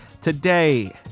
Today